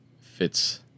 Fits